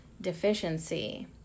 deficiency